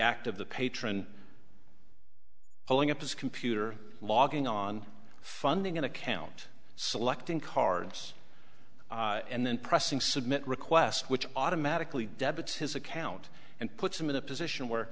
of the patron pulling up his computer logging on funding an account selecting cards and then pressing submit requests which automatically debits his account and puts him in a position where